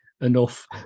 enough